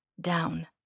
down